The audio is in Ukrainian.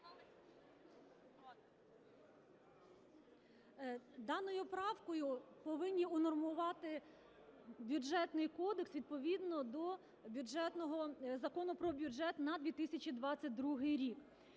Даною правкою повинні унормувати Бюджетний кодекс відповідно до Закону про бюджет на 2022 рік,